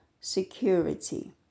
security